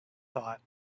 thought